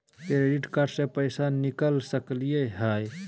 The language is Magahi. क्रेडिट कार्ड से पैसा निकल सकी हय?